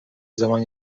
zaman